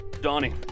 Donnie